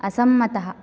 असम्मतः